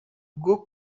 rwo